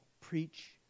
preach